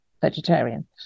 vegetarian